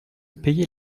payer